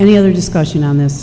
any other discussion on this